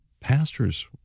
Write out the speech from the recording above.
pastors